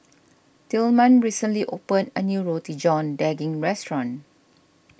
Tilman recently opened a new Roti John Daging restaurant